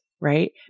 Right